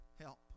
help